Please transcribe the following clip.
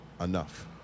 enough